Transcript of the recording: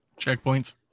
checkpoints